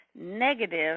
negative